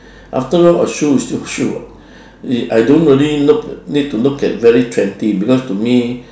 afterall a shoe is still a shoe [what] I don't really look need to look at very trendy because to me